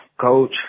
Coach